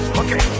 okay